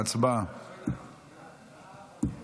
ההצעה לכלול את הנושא